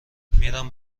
میرم